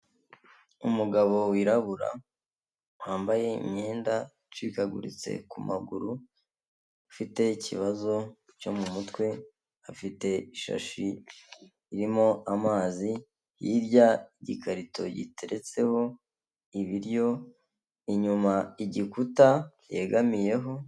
Umugabo wirabura wambaye imyenda icikaguritse ku maguru afite ikibazo cyo mu mutwe, afite ishashi irimo amazi hirya igikarito giteretseho ibiryo, inyuma igikuta yegamiyeho.